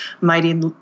mighty